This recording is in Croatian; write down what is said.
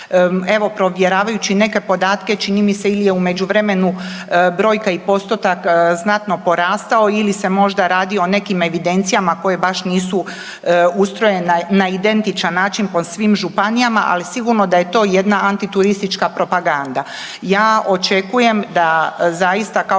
Evo provjeravajući neke podatke, čini mi se ili je u međuvremenu brojka i postotak znatno porastao ili se možda radi o nekim evidencijama koje baš nisu ustrojene na identičan način po svim županijama ali sigurno da je to jedna antituristička propaganda. Ja očekujem da zaista kao